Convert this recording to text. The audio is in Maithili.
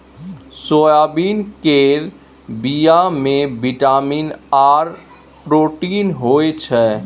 सोयाबीन केर बीया मे बिटामिन आर प्रोटीन होई छै